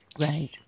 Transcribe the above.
Right